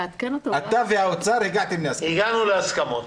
אתה והאוצר הגעתם להסכמות.